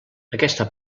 aquesta